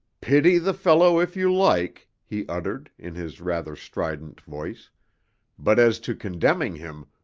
pity the fellow, if you like, he uttered, in his rather strident voice but as to condemning him,